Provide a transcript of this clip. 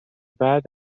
بعد